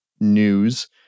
news